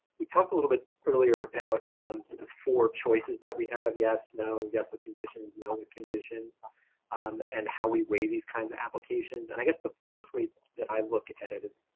we talked a little bit earlier about for choices that we have. yes, no, yes. with conditions. no condition um and how we weigh these kinds of applications. and i guess the first, week that i look at it is.